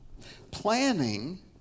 Planning